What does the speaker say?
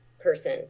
person